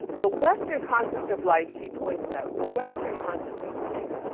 ah the western concept of life she points out, the western concept of life,